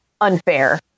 unfair